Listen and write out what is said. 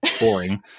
boring